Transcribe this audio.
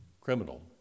criminal